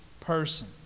person